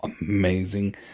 amazing